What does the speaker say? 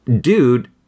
dude